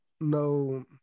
no